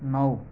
નવ